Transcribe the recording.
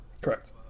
Correct